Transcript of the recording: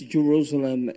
Jerusalem